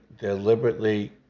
deliberately